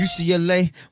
UCLA